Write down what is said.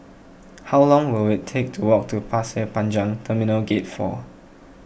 how long will it take to walk to Pasir Panjang Terminal Gate four